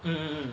um um um